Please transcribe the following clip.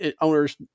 owners